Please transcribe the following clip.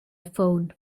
phone